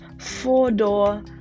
four-door